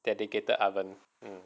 dedicated oven